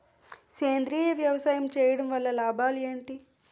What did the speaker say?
సేంద్రీయ వ్యవసాయం చేయటం వల్ల లాభాలు ఏంటి?